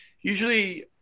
usually